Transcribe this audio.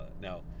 now